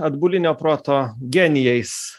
atbulinio proto genijais